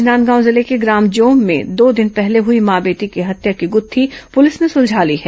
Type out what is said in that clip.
राजनांदगांव जिले के ग्राम जोम में दो दिन पहले हुई मां बेटी की हत्या की गुत्थी पुलिस ने सुलझा ली है